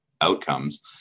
outcomes